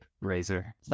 Razor